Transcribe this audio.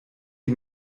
die